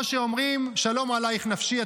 או שאומרים שלום עלייך נפשי,